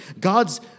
God's